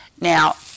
Now